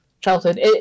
childhood